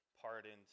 pardoned